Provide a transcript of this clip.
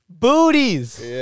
Booties